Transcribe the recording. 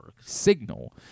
signal